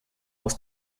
aus